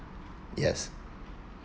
yes